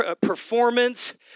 performance